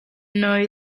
know